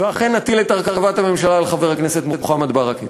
ואכן נטיל את הרכבת הממשלה על חבר הכנסת מוחמד ברכה.